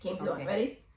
Ready